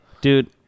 Dude